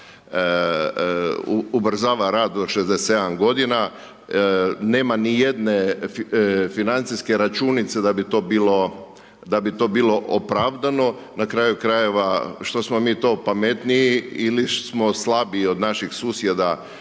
ubrzava rad do 67 godina, nema nijedne financijske računice da bi to bilo opravdano, na kraju krajeva, što smo mi to pametniji ili smo slabiji od naših susjeda